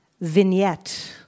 vignette